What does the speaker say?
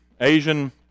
Asian